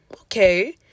okay